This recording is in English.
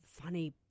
Funny